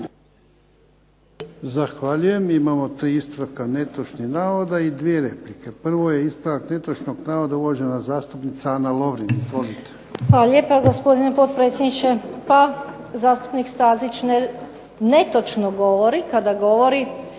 Zahvaljujem. Imamo tri ispravka netočnih navoda i dvije replike. Prvo je ispravak netočnog navoda uvažena zastupnica Ana Lovrin. Izvolite. **Lovrin, Ana (HDZ)** Hvala lijepo gospodine potpredsjedniče. Pa zastupnik Stazić netočno govori kada govori